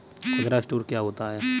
खुदरा स्टोर क्या होता है?